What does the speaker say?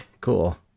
cool